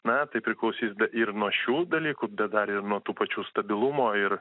na tai priklausys ir nuo šių dalykų bet dar ir nuo tų pačių stabilumo ir